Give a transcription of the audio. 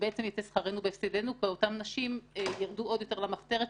בעצם יצא שכרנו בהפסדנו כי אותן נשים ירדו עוד יותר למחתרת,